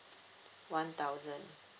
one thousand